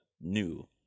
new